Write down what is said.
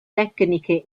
tecniche